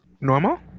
Normal